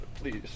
Please